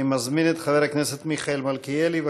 אני מזמין את חבר הכנסת מיכאל מלכיאלי,